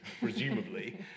presumably